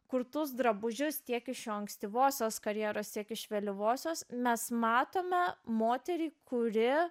kurtus drabužius tiek iš jo ankstyvosios karjeros tiek iš vėlyvosios mes matome moterį kuri